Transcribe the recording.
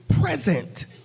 present